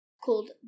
called